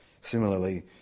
Similarly